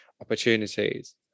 opportunities